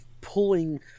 pulling